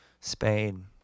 Spain